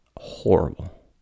Horrible